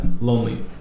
lonely